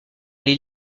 les